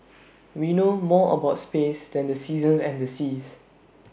we know more about space than the seasons and the seas